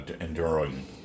enduring